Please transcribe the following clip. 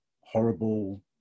horrible